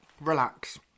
relax